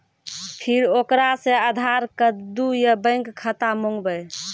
फिर ओकरा से आधार कद्दू या बैंक खाता माँगबै?